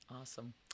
Awesome